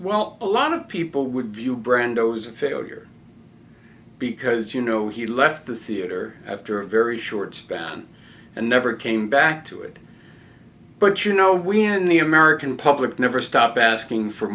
well a lot of people would view brando's as a failure because you know he left the theater after a very short span and never came back to it but you know when the american public never stopped asking for